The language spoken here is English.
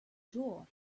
door